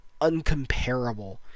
uncomparable